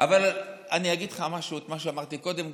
אבל אני אגיד לך את מה שאמרתי קודם,